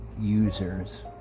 users